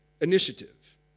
initiative